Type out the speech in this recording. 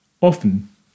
Often